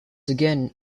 again